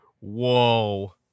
Whoa